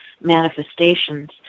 manifestations